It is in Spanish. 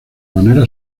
materia